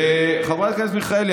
וחברת הכנסת מיכאלי,